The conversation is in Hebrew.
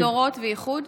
כולל השוואת הדורות ואיחוד?